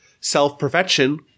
self-perfection